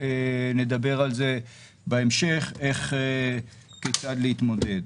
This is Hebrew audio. נדבר על זה בהמשך כיצד להתמודד.